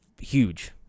huge